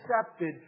accepted